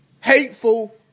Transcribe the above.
hateful